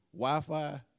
Wi-Fi